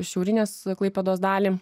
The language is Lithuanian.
šiaurinės klaipėdos dalį